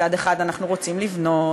מצד אחד אנחנו רוצים לבנות,